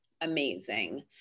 amazing